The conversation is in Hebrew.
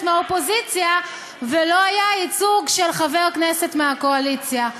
מהאופוזיציה ולא היה ייצוג של חבר כנסת מהקואליציה.